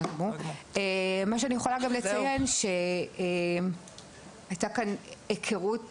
מה שאני יכולה גם לציין שהייתה כאן היכרות